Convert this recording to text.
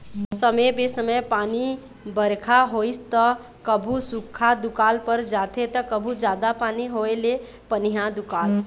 समे बेसमय पानी बरखा होइस त कभू सुख्खा दुकाल पर जाथे त कभू जादा पानी होए ले पनिहा दुकाल